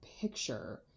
picture